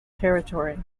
territory